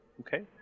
Okay